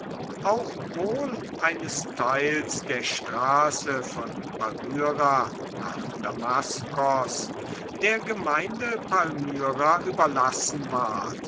auch wohl eines teils der straße von palmyra nach damaskos der gemeinde palmyra überlassen ward